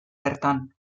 bertan